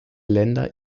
länder